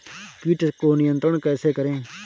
कीट को नियंत्रण कैसे करें?